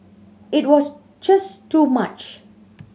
it was just too much